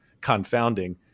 confounding